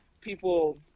people